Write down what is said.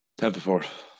Templeport